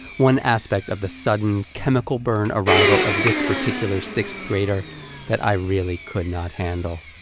one aspect of the sudden, chemical-burn arrival of this particular sixth-grader that i really could not handle.